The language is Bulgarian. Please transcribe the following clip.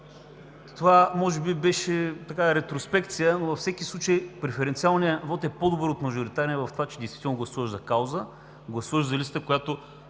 Това може би беше ретроспекция, но във всеки случай преференциалният вот е по-добър от мажоритарния в това, че действително гласуваш за кауза, гласуваш за листа,